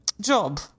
job